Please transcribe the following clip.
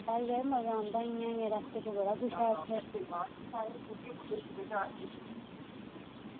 पैदल जाओ मज़ा आंदा इंया इंया रस्ते च बड़ा कुछ ऐ इत्थें